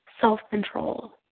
self-control